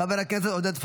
חבר הכנסת עודד פורר,